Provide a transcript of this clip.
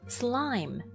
slime